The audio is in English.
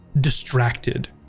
distracted